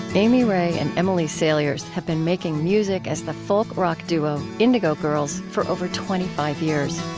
amy ray and emily saliers have been making music as the folk-rock duo indigo girls for over twenty five years